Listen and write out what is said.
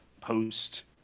post